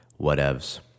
whatevs